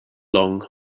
long